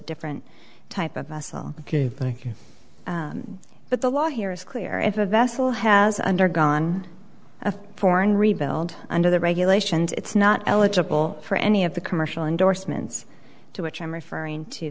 different type of us ok thank you but the law here is clear if a vessel has undergone a foreign rebuild under the regulations it's not eligible for any of the commercial endorsements to which i'm referring to